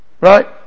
Right